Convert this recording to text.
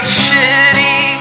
shitty